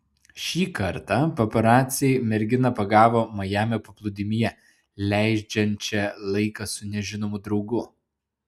šį kartą paparaciai merginą pagavo majamio paplūdimyje leidžiančią laiką su nežinomu draugu